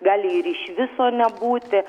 gali ir iš viso nebūti